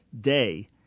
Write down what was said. day